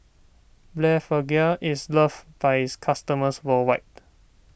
Blephagel is loved by its customers worldwide